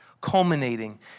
culminating